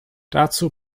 dazu